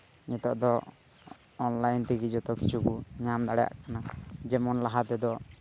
ᱱᱤᱛᱳᱜ ᱫᱚ ᱚᱱᱞᱟᱭᱤᱱ ᱛᱮᱜᱮ ᱡᱚᱛᱚ ᱠᱤᱪᱷᱩ ᱵᱚ ᱧᱟᱢ ᱫᱟᱲᱮᱭᱟᱜ ᱠᱟᱱᱟ ᱡᱮᱢᱚᱱ ᱞᱟᱦᱟ ᱛᱮᱫᱚ